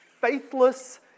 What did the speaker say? faithless